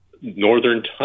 northern